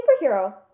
superhero